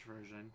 version